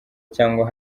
cyangwa